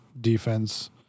defense